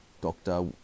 doctor